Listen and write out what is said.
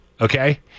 okay